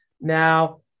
Now